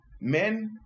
Men